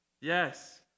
Yes